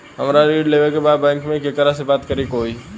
हमरा ऋण लेवे के बा बैंक में केकरा से बात करे के होई?